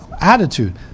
attitude